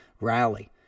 rally